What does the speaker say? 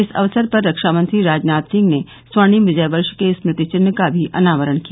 इस अवसर पर रक्षा मंत्री राजनाथ सिंह ने स्वर्णिम विजय वर्ष के स्मृति चिन्ह का भी अनावरण किया